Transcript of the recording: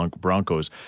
Broncos